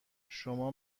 شما